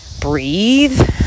breathe